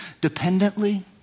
Dependently